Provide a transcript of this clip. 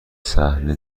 صحنه